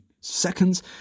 seconds